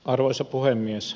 arvoisa puhemies